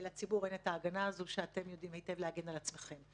לציבור אין את ההגנה הזו בשעה שאתם יודעים היטב להגן על עצמכם.